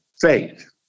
faith